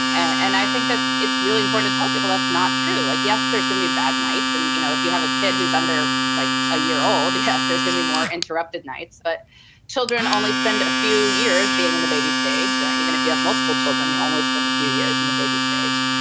and i think that it's really important to tell people that's not true. like, yes, there's going to be bad nights and you know if you have a kid who's under like a year old, yes there's going to be more interrupted nights. but children only spend a few years being in the baby stage. and even if you have multiple children, you only spend a few years in the baby stage.